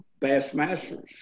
Bassmasters